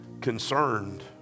concerned